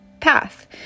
path